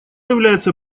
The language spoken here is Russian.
является